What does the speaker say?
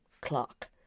clock